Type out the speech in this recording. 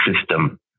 system